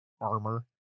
armor